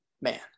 man